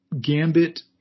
Gambit